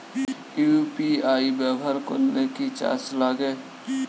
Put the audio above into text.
UPI ব্যবহার করলে কি চার্জ লাগে?